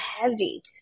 heavy